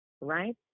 right